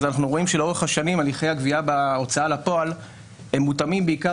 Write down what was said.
אז אנחנו רואים שלאורך השנים הליכי הגבייה בהוצאה לפועל מותאמים בעיקר